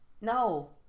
No